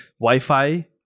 Wi-Fi